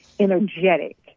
energetic